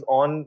on